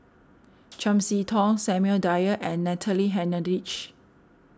Chiam See Tong Samuel Dyer and Natalie Hennedige